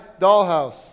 dollhouse